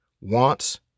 wants